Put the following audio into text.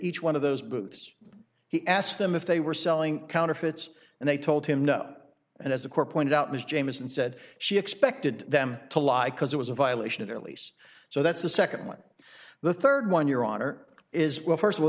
each one of those boots he asked them if they were selling counterfeits and they told him no and as a core point out ms jamison said she expected them to lie because it was a violation of their lease so that's the second one the third one your honor is well first of all